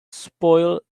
spoil